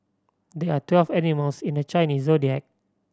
there are twelve animals in the Chinese Zodiac